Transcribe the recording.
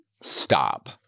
Stop